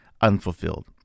unfulfilled